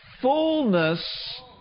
fullness